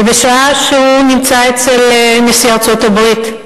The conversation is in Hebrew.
ובשעה שהוא נמצא אצל נשיא ארצות-הברית,